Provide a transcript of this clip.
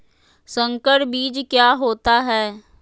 संकर बीज क्या होता है?